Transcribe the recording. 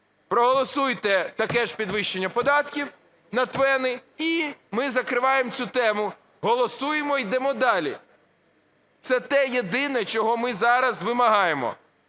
Проголосуйте таке ж підвищення податків на ТВЕНи – і ми закриваємо цю тему, голосуємо, йдемо далі. Це те єдине, чого ми зараз вимагаємо.